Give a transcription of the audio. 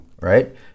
right